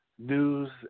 News